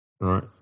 right